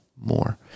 more